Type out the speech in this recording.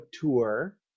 tour